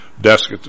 desk